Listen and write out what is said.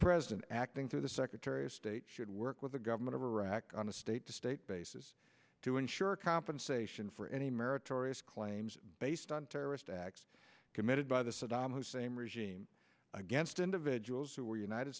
president acting through the secretary of state should work with the government of iraq on a state to state basis to insure compensation for any meritorious claims based on terrorist acts committed by the saddam hussein regime against individuals who were united